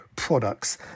Products